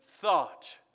thought